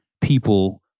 people